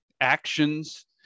actions